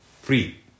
free